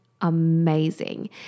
amazing